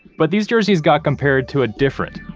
but these jerseys got compared to a different,